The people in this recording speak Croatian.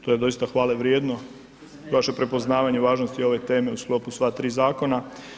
To je doista hvale vrijedno vaše prepoznavanje važnosti ove teme u sklopu sva tri zakona.